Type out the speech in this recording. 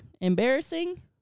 embarrassing